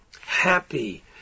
happy